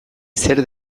zer